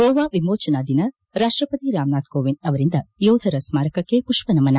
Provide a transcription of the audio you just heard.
ಗೋವಾ ವಿಮೋಚನಾ ದಿನ ರಾಷ್ಟಪತಿ ರಾಮನಾಥ್ ಕೋವಿಂದ್ ಅವರಿಂದ ಯೋಧರ ಸ್ಮಾರಕಕ್ಕೆ ಪುಷ್ಪ ನಮನ